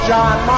John